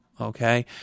Okay